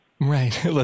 Right